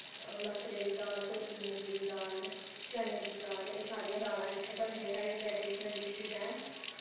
मसरें दी दाल धोत्ती मुंगी दी दाल चनें दी दाल एह् सारियां दालां इत्थै बनदियां साढ़ी ट्रडिशनल डिशिज ऐं